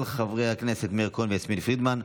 של חברי הכנסת מאיר כהן ויסמין פרידמן.